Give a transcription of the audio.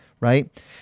right